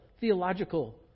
theological